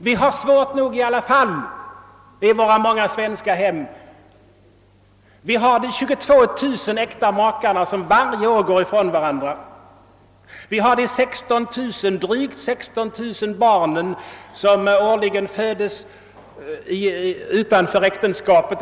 Det är svårt nog ändå i många svenska hem. Vi har 22 000 äkta makar som varje år går från varandra. Årligen har vi drygt 16 000 barn som födes utom äktenskapet.